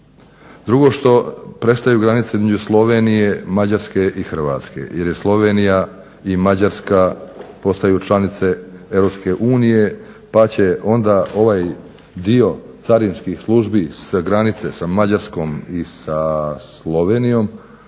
Drugo što prestaju granice između Slovenije, Mađarske i Hrvatske, jer je Slovenija i Mađarska postaju članice EU pa će onda ovaj dio carinskih službi s granice sa Mađarskom i sa Slovenijom,